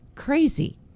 crazy